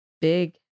big